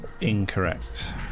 Incorrect